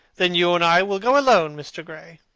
then, you and i will go alone, mr. gray.